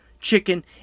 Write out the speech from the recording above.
chicken